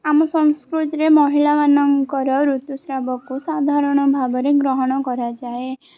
ଆମ ସଂସ୍କୃତିରେ ମହିଳାମାନଙ୍କର ଋତୁସ୍ରାବକୁ ସାଧାରଣ ଭାବରେ ଗ୍ରହଣ କରାଯାଏ